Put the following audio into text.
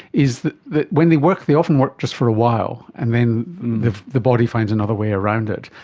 is that when they work they often work just for a while and then the the body finds another way around it,